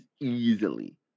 easily